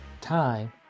time